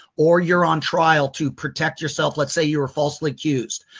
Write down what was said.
or you're on trial to protect yourself, let's say you were falsely accused,